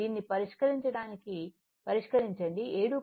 దీనిని పరిష్కరించండి 7